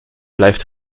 blijft